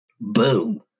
Boom